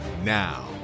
Now